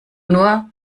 nur